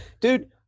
dude